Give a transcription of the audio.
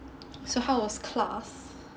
so how was class